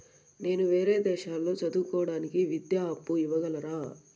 నేను వేరే దేశాల్లో చదువు కోవడానికి విద్యా అప్పు ఇవ్వగలరా?